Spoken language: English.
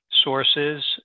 sources